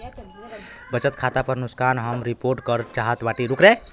बचत खाता पर नुकसान हम रिपोर्ट करल चाहत बाटी